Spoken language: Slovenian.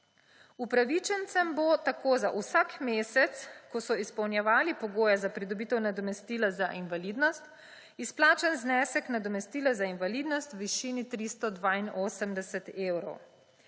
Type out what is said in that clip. Upravičencem bo tako za vsak mesec, ko so izpolnjevali pogoje za pridobitev nadomestila za invalidnost, izplačan znesek nadomestila za invalidnost v višini 382 evrov.